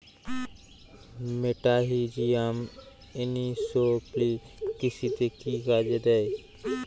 মেটাহিজিয়াম anisopliae কৃষিতে কি কাজে দেয়?